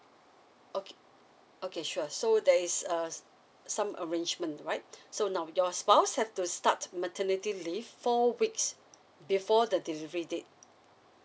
okay okay sure so that is uh some arrangement right so now your spouse have to start maternity leave four weeks before the delivery date